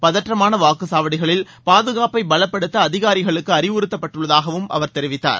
பதற்றமான வாக்குச்சாவடிகளில் பாதுகாப்பை பலப்படுத்த அதிகாரிகளுக்கு அறிவுறுத்தப்பட்டுள்ளதாகவும் அவர் தெரிவித்தார்